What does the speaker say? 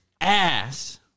ass